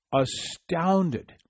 astounded